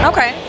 Okay